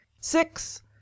Six